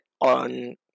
on